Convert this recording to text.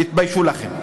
תתביישו לכם.